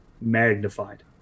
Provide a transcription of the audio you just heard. magnified